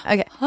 Okay